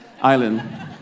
Island